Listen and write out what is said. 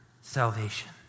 salvation